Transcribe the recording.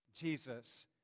Jesus